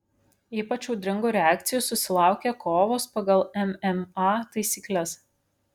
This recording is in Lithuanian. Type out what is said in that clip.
ypač audringų reakcijų susilaukė kovos pagal mma taisykles